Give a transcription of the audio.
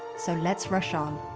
so let's rush on.